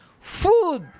Food